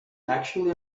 actually